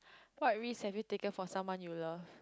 what risk have you taken for someone you love